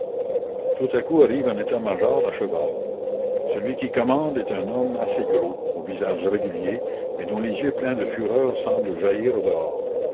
tout à coup arrive un état-major à cheval celui qui commande est un homme assez gros au visage régulier mais dont les yeux pleins de fureur semblent jaillir au dehors